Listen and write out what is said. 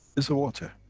is a water.